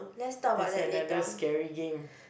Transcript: is another scary game